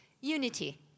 unity